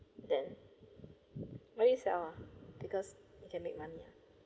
then why you sell ah because it can make money ah